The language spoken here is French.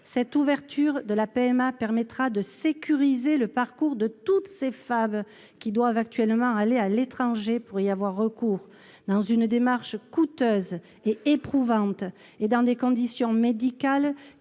Cette extension de la PMA permettra de sécuriser le parcours de toutes les femmes qui doivent actuellement se rendre à l'étranger pour y avoir recours, dans une démarche coûteuse et éprouvante et dans des conditions médicales